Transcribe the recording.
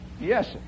yes